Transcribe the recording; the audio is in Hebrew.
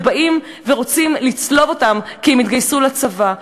ובאים ורוצים לצלוב אותם כי הם התגייסו לצבא.